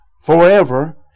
forever